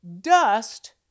Dust